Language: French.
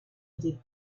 des